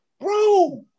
Bro